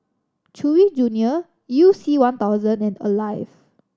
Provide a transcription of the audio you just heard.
Chewy Junior You C One thousand and Alive